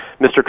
Mr